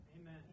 Amen